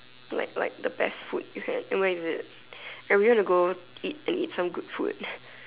like like the best food you can and where is it and we wanna go eat and eat some good food